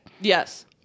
Yes